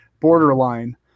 borderline